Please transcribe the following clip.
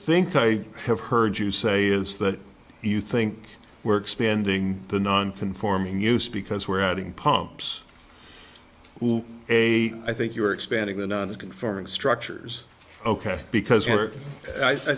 think i have heard you say is that you think we're expanding the non conforming use because we're adding pumps who a i think you are expanding the non conforming structures ok because